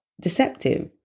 Deceptive